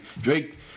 Drake